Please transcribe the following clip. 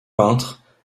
peintre